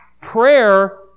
Prayer